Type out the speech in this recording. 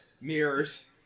mirrors